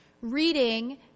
reading